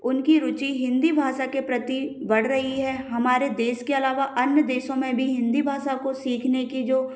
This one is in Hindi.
उनकी रुचि हिंदी भाषा के प्रति बढ़ रही है हमारे देश के अलावा अन्य देशों में भी हिंदी भाषा को सीखने की जो